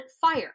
fire